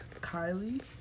Kylie